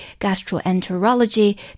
gastroenterology